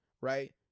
right